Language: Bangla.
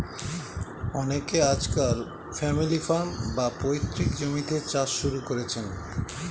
অনেকে আজকাল ফ্যামিলি ফার্ম, বা পৈতৃক জমিতে চাষ শুরু করেছেন